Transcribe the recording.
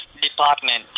Department